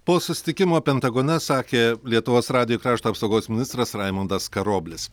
po susitikimo pentagone sakė lietuvos radijuj krašto apsaugos ministras raimundas karoblis